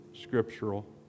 scriptural